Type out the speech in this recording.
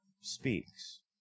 speaks